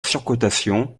surcotation